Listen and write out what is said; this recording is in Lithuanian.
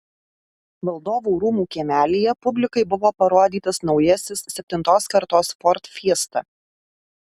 valdovų rūmų kiemelyje publikai buvo parodytas naujasis septintos kartos ford fiesta